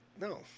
No